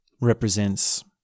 represents